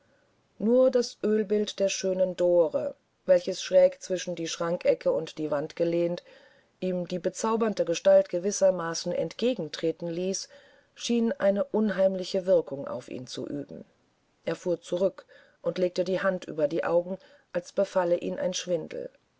nur das oelbild der schönen dore welches schräg zwischen die schrankecke und die wand gelehnt ihm die bezaubernde gestalt gewissermaßen entgegentreten ließ schien eine unheimliche wirkung auf ihn zu üben er fuhr zurück und legte die hand über die augen als befalle ihn ein schwindel